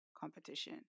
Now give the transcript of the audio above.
competition